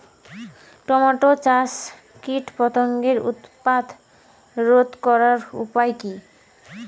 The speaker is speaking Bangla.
টমেটো চাষে কীটপতঙ্গের উৎপাত রোধ করার উপায় কী?